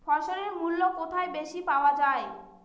ফসলের মূল্য কোথায় বেশি পাওয়া যায়?